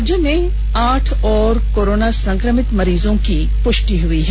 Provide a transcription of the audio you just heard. राज्य में आठ और कोरोना संक्रमित मरीज की पुष्टि हई है